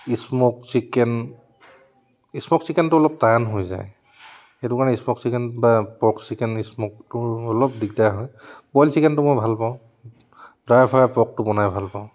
smoke chicken smoke চিকেনটো অলপ টান হৈ যায় সেইটো মানে স্পক চিকেন বা পৰ্ক চিকেন স্মকটো অলপ দিগদাৰ হয় বইল চিকেনটো মই ভালপাওঁ ড্ৰাই ফ্ৰাই পৰ্কটো বনাই ভালপাওঁ